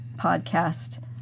podcast